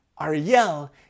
Ariel